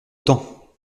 temps